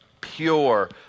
pure